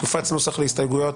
יופץ נוסח להסתייגויות